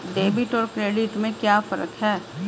Debit और credit में क्या फर्क है?